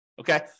okay